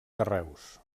carreus